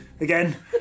Again